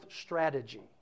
strategy